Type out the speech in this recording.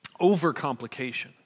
overcomplication